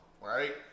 right